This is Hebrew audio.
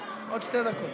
עוד שתי דקות.